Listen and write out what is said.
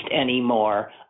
anymore